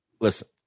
listen